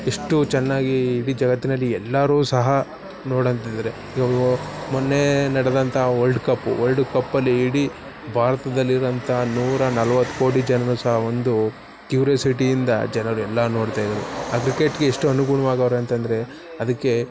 ಎಷ್ಟು ಚೆನ್ನಾಗಿ ಇಡೀ ಜಗತ್ತಿನಲ್ಲಿ ಎಲ್ಲರೂ ಸಹ ನೋಡುವಂತಿದ್ರೆ ಈವಾಗ ಮೊನ್ನೆ ನಡೆದಂಥ ವಲ್ಡ್ ಕಪ್ಪು ವಲ್ಡ್ ಕಪ್ಪಲ್ಲಿ ಇಡೀ ಭಾರತದಲ್ಲಿರುವಂತಹ ನೂರ ನಲವತ್ತು ಕೋಟಿ ಜನರು ಸಹ ಒಂದು ಕ್ಯೂರಿಯಾಸಿಟಿಯಿಂದ ಜನರೆಲ್ಲ ನೋಡ್ತಾಯಿದ್ದರು ಆ ವಿಕೆಟ್ಟಿಗೆ ಎಷ್ಟು ಅನುಗುಣವಾಗವರೆ ಅಂತ ಅಂದ್ರೆ ಅದಕ್ಕೆ